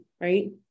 right